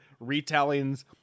retellings